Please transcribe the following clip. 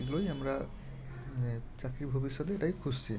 এগুলোই আমরা মানে চাকরির ভবিষ্যতে এটাই খুঁজছি